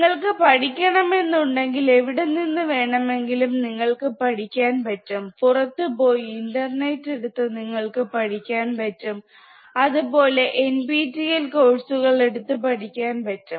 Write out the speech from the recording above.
നിങ്ങൾക്ക് പഠിക്കണമെന്ന് ഉണ്ടെങ്കിൽ എവിടെ നിന്ന് വേണമെങ്കിലും നിങ്ങൾക്ക് പഠിക്കാൻ പറ്റും പുറത്തുപോയി ഇന്റർനെറ്റ് എടുത്ത് നിങ്ങൾക് പഠിക്കാൻ പറ്റും അതുപോലെ NPTEL കോഴ്സുകൾ എടുത്ത് പഠിക്കാൻ പറ്റും